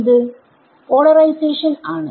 ഇത് പോളറൈസേഷൻ ആണ്